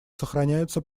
сохраняются